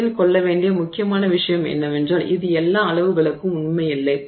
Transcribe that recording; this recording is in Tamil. நினைவில் கொள்ள வேண்டிய முக்கியமான விஷயம் என்னவென்றால் இது எல்லா அளவுகளுக்கும் உண்மையில்லை